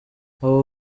abo